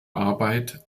arbeit